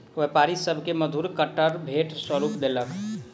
व्यापारी सभ के मधुर कटहर भेंट स्वरूप देलक